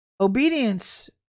Obedience